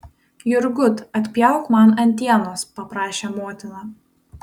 jurgut atpjauk man antienos paprašė motina